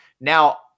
Now